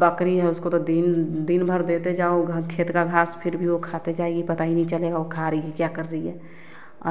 बकरी है उसको तो दिन दिन भर देते जाओ घ खेत का घास फिर भी वे खाते जाएगी पता ही नहीं चलेगा वह खा रही कि क्या कर रही है